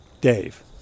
Dave